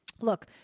look